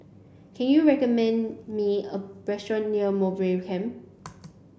can you recommend me a restaurant near Mowbray Camp